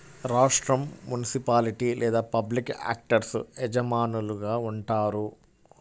రాష్ట్రం, మునిసిపాలిటీ లేదా public actors యజమానులుగా ఉంటారు